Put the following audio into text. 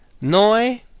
noi